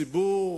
ציבור